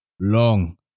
Long